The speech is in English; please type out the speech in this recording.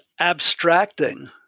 abstracting